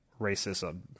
racism